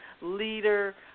leader